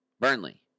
burnley